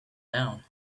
down